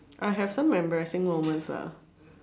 I have some embarrassing moments lah